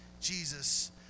Jesus